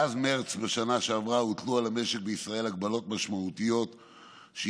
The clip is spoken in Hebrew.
מאז מרץ בשנה שעברה הוטלו על המשק בישראל הגבלות משמעותיות שהקשו